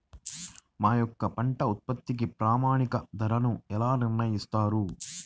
మా యొక్క పంట ఉత్పత్తికి ప్రామాణిక ధరలను ఎలా నిర్ణయిస్తారు?